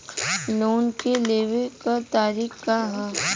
Loan के लेवे क तरीका का ह?